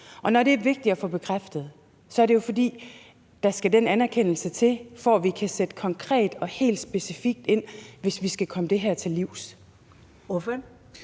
Når det er vigtigt at få det bekræftet, er det jo, fordi der skal den anerkendelse til, for at vi kan sætte konkret og helt specifikt ind, hvis vi skal komme det her til livs.